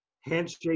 handshake